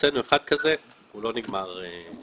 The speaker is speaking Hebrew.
הוצאנו אחד כזה והוא לא נגמר טוב.